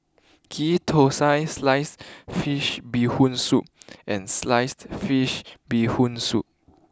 Ghee Thosai sliced Fish Bee Hoon Soup and sliced Fish Bee Hoon Soup